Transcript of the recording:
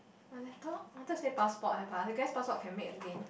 my laptop I wanted to say passport leh but I guess passport can make again